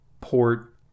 port